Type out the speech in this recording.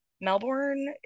Melbourne